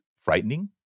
frightening